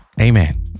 Amen